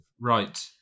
Right